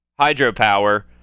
Hydropower